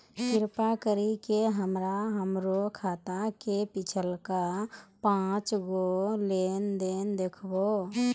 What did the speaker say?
कृपा करि के हमरा हमरो खाता के पिछलका पांच गो लेन देन देखाबो